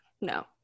No